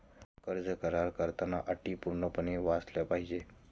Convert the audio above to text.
कर्ज करार करताना अटी पूर्णपणे वाचल्या पाहिजे